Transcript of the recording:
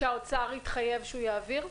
שהאוצר התחייב שהוא יעביר?